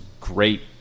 great